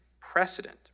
precedent